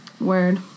Word